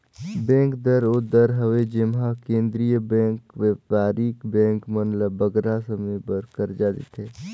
bank दर ओ दर हवे जेम्हां केंद्रीय बेंक हर बयपारिक बेंक मन ल बगरा समे बर करजा देथे